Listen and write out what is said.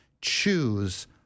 Choose